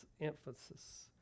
emphasis